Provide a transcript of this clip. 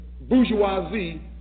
bourgeoisie